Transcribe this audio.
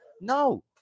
No